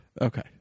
Okay